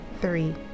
three